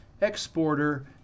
exporter